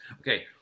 Okay